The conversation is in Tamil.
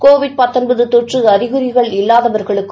கோவிட் தொற்று அறிகுறிகள் இல்லாதவர்களுக்கும்